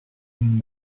end